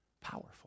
Powerful